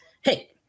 hey